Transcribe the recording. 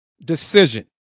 decision